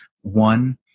one